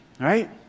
right